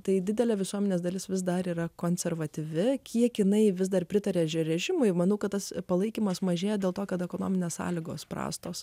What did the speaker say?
tai didelė visuomenės dalis vis dar yra konservatyvi kiek jinai vis dar pritaria režimui manau kad tas palaikymas mažėja dėl to kad ekonominės sąlygos prastos